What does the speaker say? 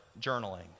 journaling